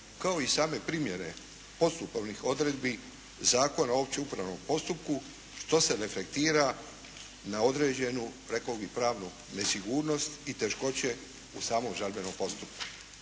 kao i same primjene postupovnih odredbi Zakona o općem upravnom postupku što se reflektira na određenu rekao bi pravnu nesigurnost i teškoće u samom žalbenom postupku.